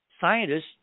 Scientists